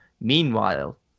Meanwhile